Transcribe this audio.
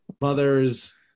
mother's